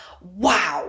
wow